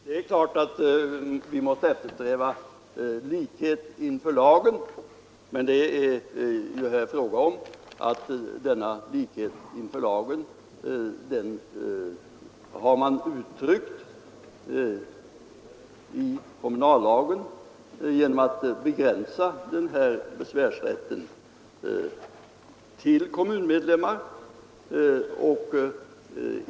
Herr talman! Självfallet måste vi eftersträva likhet inför lagen, men en sådan strävan har ju kommit till uttryck i kommunallagen genom att besvärsrätten begränsas till kommunmedlemmar.